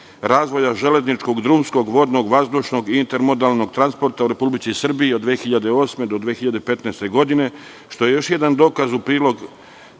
razvoja železničkog, drumskog, vodnog, vazdušnog i intermodalnog transporta u Republici Srbiji, od 2008. god 2015. godine, što je još jedan dokaz u prilog